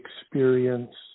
experience